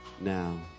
now